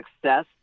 success